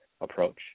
approach